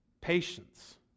Patience